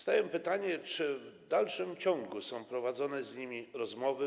Stawiam pytanie: Czy w dalszym ciągu są prowadzone z nimi rozmowy?